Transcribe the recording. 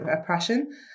oppression